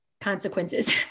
consequences